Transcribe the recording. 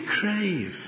crave